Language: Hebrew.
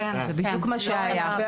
זה בדיוק מה שהיה.